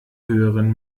höheren